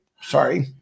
Sorry